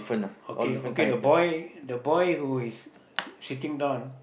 okay okay the boy the boy who is sitting down